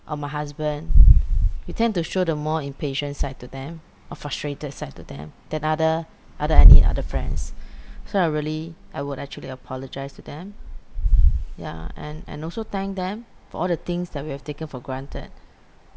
or my husband we tend to show the more impatient side to them or frustrated side to them than other other any other friends so I really I would actually apologise to them yeah and and also thank them for all the things that we have taken for granted